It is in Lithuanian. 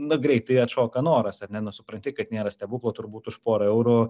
na greitai atšoka noras ar ne nu supranti kad nėra stebuklų turbūt už porą eurų